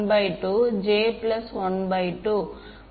எனவே இப்போது இங்கு அதைப் பார்க்க அனுமதிக்கின்றது